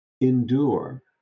endure